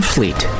Fleet